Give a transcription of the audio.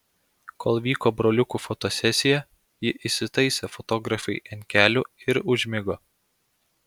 kol vyko broliukų fotosesija ji įsitaisė fotografei ant kelių ir užmigo